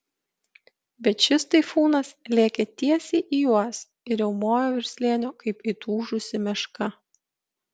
bet šis taifūnas lėkė tiesiai į juos ir riaumojo virš slėnio kaip įtūžusi meška